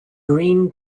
green